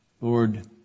Lord